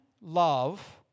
love